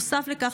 נוסף לכך,